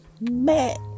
mad